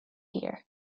here